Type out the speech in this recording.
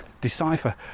decipher